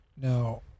Now